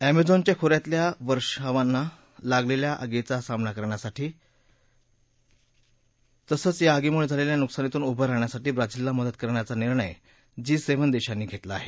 अर्सेझॅनच्या खोऱ्यातल्या वर्षावनांना लागलेल्या आगीचा सामना करण्यासाठी तसंच या आगीमुळे झालेल्या नुकसानीतून उभं राहण्यासाठी ब्राझीलला मदत करण्याचा निर्णय जी सेव्हन देशांनी घेतला आहे